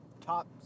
top